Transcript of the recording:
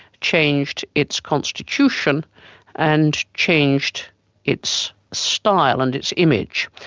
changed its constitution and changed its style and its image.